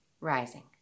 rising